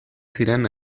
ziren